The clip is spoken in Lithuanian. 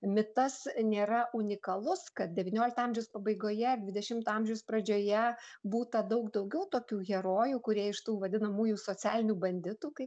mitas nėra unikalus kad devyniolikto amžiaus pabaigoje dvidešimto amžiaus pradžioje būta daug daugiau tokių herojų kurie iš tų vadinamųjų socialinių banditų kaip